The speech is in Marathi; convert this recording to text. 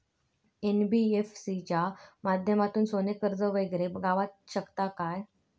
एन.बी.एफ.सी च्या माध्यमातून सोने कर्ज वगैरे गावात शकता काय?